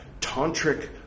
Tantric